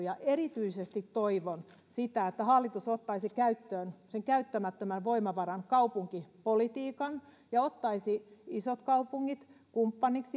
erityisesti toivon sitä että hallitus ottaisi käyttöön käyttämättömän voimavaran kaupunkipolitiikan ja ottaisi isot kaupungit kumppaneiksi